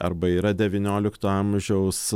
arba yra devyniolikto amžiaus